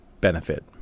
benefit